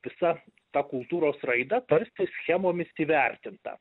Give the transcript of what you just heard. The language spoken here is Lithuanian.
visa ta kultūros raida tarsi schemomis įvertinta